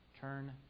Turn